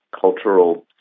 cultural